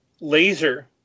laser